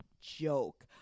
joke